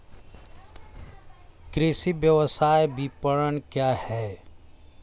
कृषि व्यवसाय विपणन क्या है?